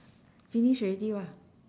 finish already !wah!